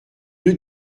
deux